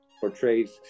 portrays